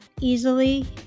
easily